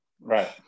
Right